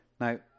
Now